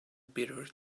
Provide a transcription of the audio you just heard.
bitter